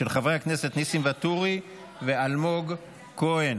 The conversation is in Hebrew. של חברי הכנסת ניסים ואטורי ואלמוג כהן.